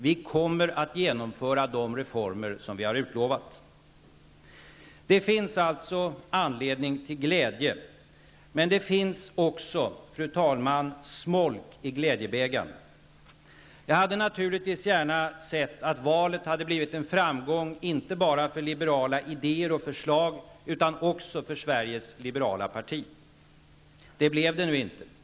Vi kommer att genomföra de reformer som vi har utlovat. Det finns alltså anledning till glädje. Men det finns också, fru talman, smolk i glädjebägaren. Jag hade naturligtvis gärna sett att valet hade blivit en framgång inte bara för liberala idéer och förslag utan också för Sveriges liberala parti. Så blev det nu inte.